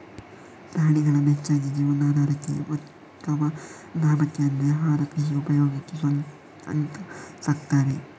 ಪ್ರಾಣಿಗಳನ್ನ ಹೆಚ್ಚಾಗಿ ಜೀವನಾಧಾರಕ್ಕೆ ಅಥವಾ ಲಾಭಕ್ಕೆ ಅಂದ್ರೆ ಆಹಾರ, ಕೃಷಿ ಉಪಯೋಗಕ್ಕೆ ಅಂತ ಸಾಕ್ತಾರೆ